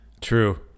True